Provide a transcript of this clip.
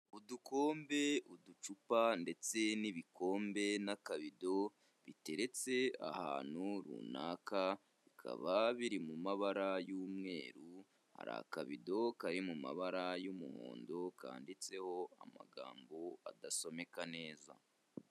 Udukombe, uducupa ndetse n'ibikombe n'akabido biteretse ahantu runaka, bikaba biri mu mabara y'umweru, hari akabido kari mu mabara y'umuhondo, kanditseho amagambo adasomeka neza.